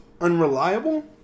unreliable